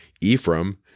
Ephraim